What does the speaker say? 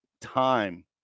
time